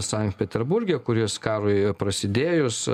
sankt peterburge kuris karui prasidėjus